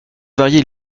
varier